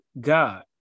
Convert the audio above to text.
God